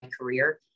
career